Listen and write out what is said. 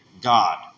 God